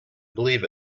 believe